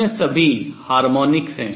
अन्य सभी हार्मोनिक्स हैं